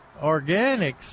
organics